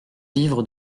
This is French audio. livres